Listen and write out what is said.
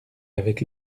avec